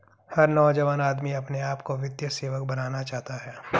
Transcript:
हर नौजवान आदमी अपने आप को वित्तीय सेवक बनाना चाहता है